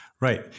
Right